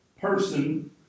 person